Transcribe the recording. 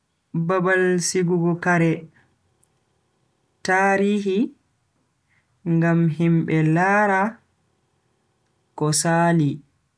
Babal sigugo kare tarihi ngam himbe lara ko saali.